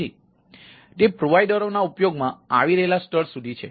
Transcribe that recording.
તેથી તે પ્રોવાઇડરોના ઉપયોગમાં આવી રહેલા સ્તર સુધી છે